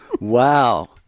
Wow